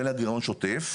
ואין לה גרעון שוטף,